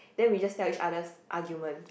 then we just tell each others argument